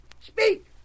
Speak